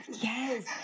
Yes